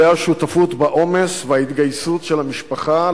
לולא השותפות בעומס וההתגייסות של המשפחה,